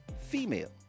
female